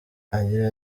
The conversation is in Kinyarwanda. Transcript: agira